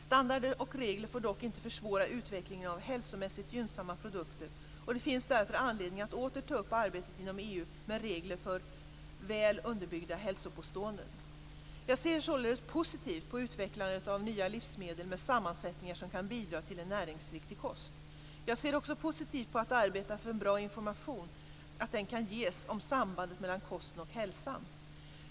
Standarder och regler får dock inte försvåra utvecklingen av hälsomässigt gynnsamma produkter. Det finns därför anledning att åter ta upp arbetet inom EU med regler för väl underbyggda hälsopåståenden. Jag ser således positivt på utvecklandet av nya livsmedel med sammansättningar som kan bidra till en näringsriktig kost. Jag ser också positivt på att arbeta för att bra information kan ges om sambandet mellan kosten och hälsan.